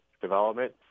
development